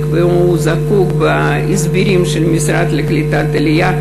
והוא זקוק להסברים של המשרד לקליטת העלייה,